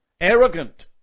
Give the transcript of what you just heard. Arrogant